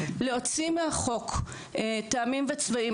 להוציא מהחוק טעמים וצבעים,